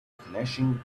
flashing